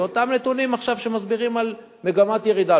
זה אותם נתונים עכשיו שמסבירים שיש מגמת ירידה.